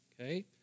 Okay